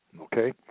Okay